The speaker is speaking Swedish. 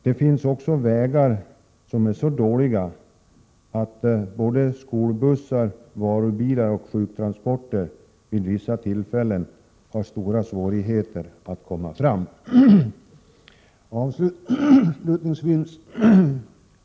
Det finns också vägar som är så dåliga att både skolbussar, varubilar och sjuktransporter vid vissa tillfällen har stora svårigheter att komma fram. Herr talman!